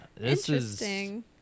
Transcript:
Interesting